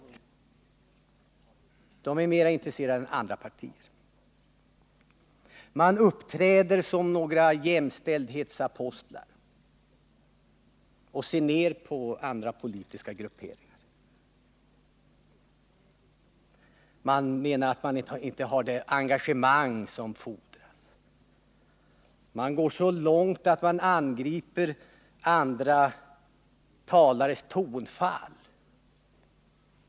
I folkpartiet uppträder man som jämställdhetsapostlar och ser ner på andra politiska grupperingar, som man menar inte har det engagemang som fordras. Man går så långt att man angriper andra talares tonfall.